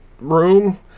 room